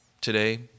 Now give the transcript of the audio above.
today